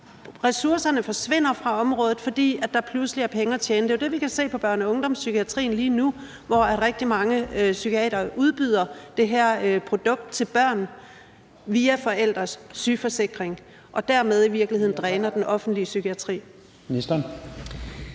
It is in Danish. Ressourcerne forsvinder fra området, fordi der pludselig er penge at tjene. Det er jo det, vi kan se på børne- og ungdomspsykiatrien lige nu, hvor rigtig mange psykiatere udbyder det her produkt til børn via forældres sygeforsikring og dermed i virkeligheden dræner den offentlige psykiatri.